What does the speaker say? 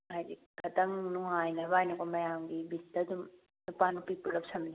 ꯍꯥꯏꯕꯗꯤ ꯈꯤꯇꯪ ꯅꯨꯡꯉꯥꯏꯅꯕꯅ ꯃꯌꯥꯝꯒꯤ ꯕꯤꯠꯇ ꯑꯗꯨꯝ ꯅꯨꯄꯥ ꯅꯨꯄꯤ ꯄꯨꯂꯞ ꯁꯥꯟꯅꯩ